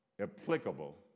applicable